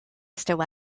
weston